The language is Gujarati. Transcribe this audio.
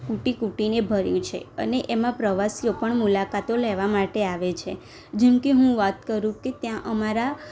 કુટી કુટીને ભર્યું છે અને એમાં પ્રવાસીઓ પણ મુલાકાતો લેવા માટે આવે છે જેમ કે હું વાત કરું કે ત્યાં અમારા